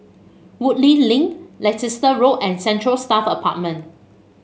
Woodleigh Link Leicester Road and Central Staff Apartment